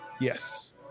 yes